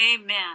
Amen